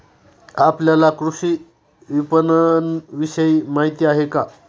आपल्याला कृषी विपणनविषयी माहिती आहे का?